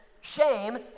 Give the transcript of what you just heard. shame